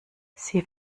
sie